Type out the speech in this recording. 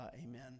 Amen